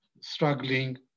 struggling